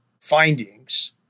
findings